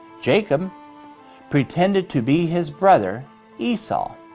jacob pretended to be his brother esau.